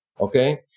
okay